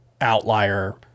outlier